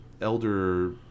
elder